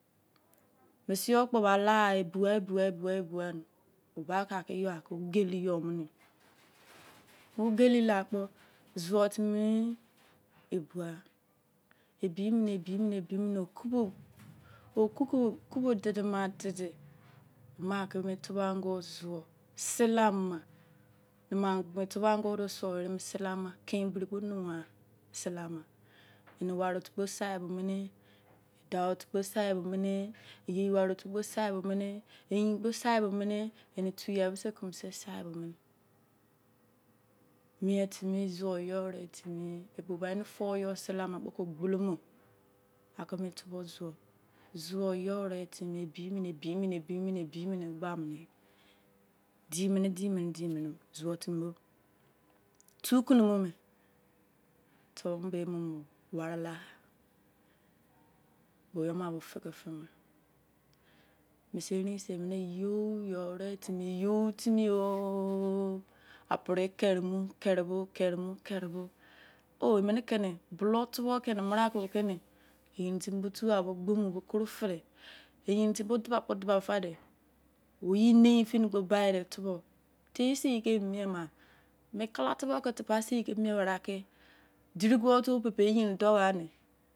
Mese yor kpo ba lagha, ebuwa ebuwa ebuwa ebuwa ni oba kan ke yoi kan ke ughelliagha amu. bo ughelli la kpo zuwu timii, ebuwa ebimine ebimine ebimine, okubo okubo dede ma andede make be me tubor angor zuwor seleama me tubor angor do suwor weremi sele-ama. ken bori kpo numu wangha sele-ama. ene ware otu kpo sai bomene, edao otu kpo sai bomene, yei ware otu kpo sai bomene, eyin kpo sai bomene, ene too yai bo se keme sese sai bomene mie timi zuwor yoi re timi e kpo ba ene fou yoi sele-ama kpo ke gbolomo ake me tubor zuwor. zuwor yoi re tini ebimene ebimene ebimene ebimene gbamene dimene dimene dimene zuwor tini bo tii kunor mume tubor me bo emumu ware lagha bei eyo ma timi feke fwkw mese erein se eme you timi yoi re timi, yor timi yooo!!! Apere kere mu kere bo o! Eme keni bulou tubor keni mera ko keni yerin timi bo tughan bo gbomu bo koro fede! Eyerin timi bo de ba kpo de ba fade. Oyi-neifini kpo bai de tubor me. tei sei ke mu mie ma! Me kala tubor ke te pa sei ke mie were gha ke, diri guwor otu ope bi eyerin dou wani